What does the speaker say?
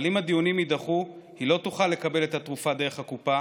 אבל אם הדיונים יידחו היא לא תוכל לקבל את התרופה דרך הקופה